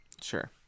Sure